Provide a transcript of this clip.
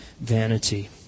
vanity